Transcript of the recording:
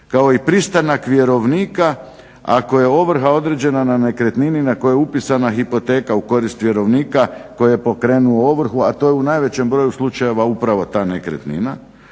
kao i pristanak vjerovnika ako je ovrha određena na nekretnini na kojoj je upisana hipoteka u korist vjerovnika koji je pokrenuo ovrhu, a to je u najvećem broju slučajeva upravo ta nekretnina.